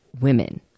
women